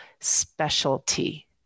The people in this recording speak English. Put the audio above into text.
specialty